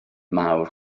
mawr